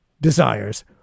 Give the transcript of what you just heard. desires